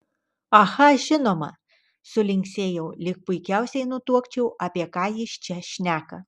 aha žinoma sulinksėjau lyg puikiausiai nutuokčiau apie ką jis čia šneka